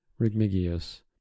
Rigmigius